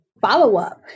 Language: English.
follow-up